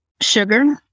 sugar